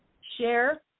share